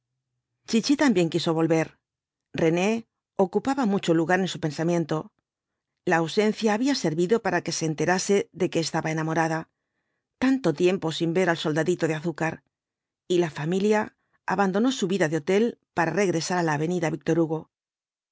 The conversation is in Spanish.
chichi también quiso volver rene ocupaba mucho lugar en su pensamiento la ausencia había servido para que se enterase de que estaba enamorada tanto tiempo sin ver al soldadito de azúcar y la familia abandonó su vida de hotel para regresar á la avenida víctor hugo